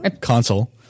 console